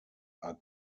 are